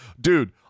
Dude